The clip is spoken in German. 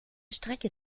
strecke